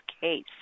case